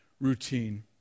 routine